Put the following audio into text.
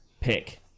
pick